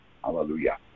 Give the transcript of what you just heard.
Hallelujah